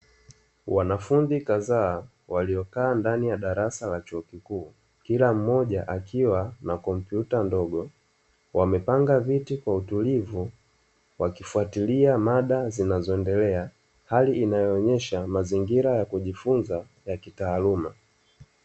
Wanafunzi kadhaa waliokaa ndani ya darasa la chuo kikuu kila mmoja akiwa na kompyuta ndogo, wamepanga viti kwa utulivu wakifwatilia mada zinazoendelea hali inayoonyesha mazingira ya kujifunza ya kitaaluma.